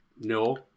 No